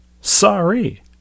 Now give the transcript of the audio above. sorry